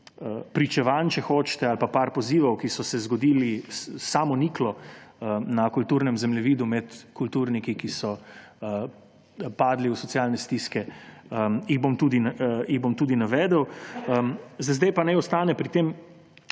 pričevanj, če hočete, ali pa par pozivov, ki so se zgodili samoniklo na kulturnem zemljevidu med kulturniki, ki so padli v socialne stiske, jih bom tudi navedel. Za zdaj pa naj ostane pri tem